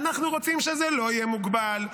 אנחנו רוצים שזה לא יהיה מוגבל,